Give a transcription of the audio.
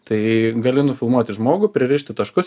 tai gali nufilmuoti žmogų pririšti taškus